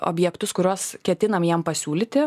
objektus kuriuos ketinam jiem pasiūlyti